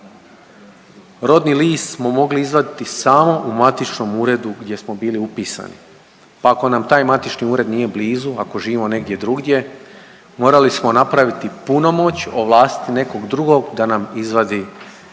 rodni list smo mogli izvaditi samo u matičnom uredu gdje smo bili upisani, pa ako nam taj matični ured nije blizu, ako živimo negdje drugdje morali smo napraviti punomoć, ovlastiti nekog drugog da nam izvadi